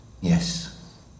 Yes